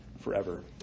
forever